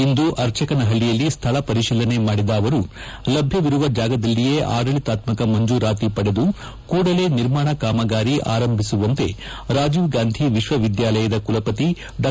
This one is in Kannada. ಇಂದು ಅರ್ಚಕನಹಳ್ಳಿಯಲ್ಲಿ ಸ್ಥಳ ಪರಿಶೀಲನೆ ಮಾಡಿದ ಅವರು ಲಭ್ಯವಿರುವ ಜಾಗದಲ್ಲಿಯೇ ಆದಳಿತಾತ್ಮಕ ಮಂಜೂರಾತಿ ಪಡೆದು ಕೂಡಲೇ ನಿರ್ಮಾಣ ಕಾಮಗಾರಿ ಆರಂಭಿಸುವಂತೆ ರಾಜೀವ್ ಗಾಂಧಿ ವಿಶ್ವ ವಿದ್ಯಾಲಯದ ಕುಲಪತಿ ಡಾ